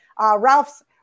Ralph's